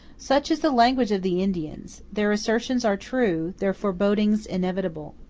such is the language of the indians their assertions are true, their forebodings inevitable.